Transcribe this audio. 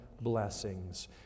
blessings